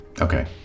Okay